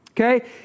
Okay